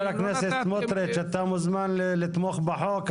הכנסת סמוטריץ' אתה מוזמן לתמוך בחוק.